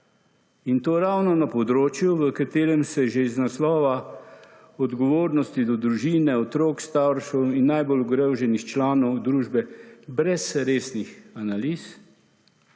in to ravno na področju v katerem se že iz naslova odgovornosti do družine, otrok, staršev in najbolj ogroženih članov družbe brez resnih analiz,